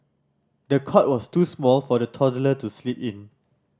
the cot was too small for the toddler to sleep in